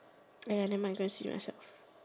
!aiya! nevermind I go and see myself